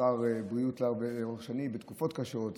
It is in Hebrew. שר בריאות לאורך שנים בתקופות קשות,